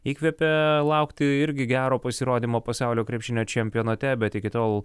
įkvepia laukti irgi gero pasirodymo pasaulio krepšinio čempionate bet iki tol